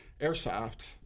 airsoft